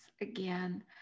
again